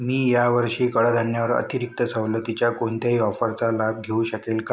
मी यावर्षी कडधान्यावर अतिरिक्त सवलतीच्या कोणत्याही ऑफरचा लाभ घेऊ शकेल का